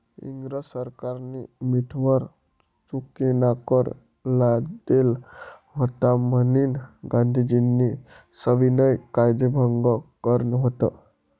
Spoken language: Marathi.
इंग्रज सरकारनी मीठवर चुकीनाकर लादेल व्हता म्हनीन गांधीजीस्नी सविनय कायदेभंग कर व्हत